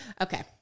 Okay